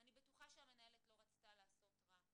אני בטוחה שהמנהלת לא רצתה לעשות רע,